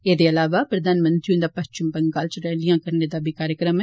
एह्दे इलावा प्रधानमंत्री हुंदा पश्चिम बंगाल च रैलियां करने दा कार्यक्रम ऐ